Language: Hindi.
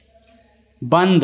बंद